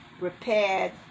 repaired